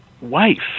wife